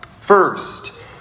First